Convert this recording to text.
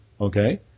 Okay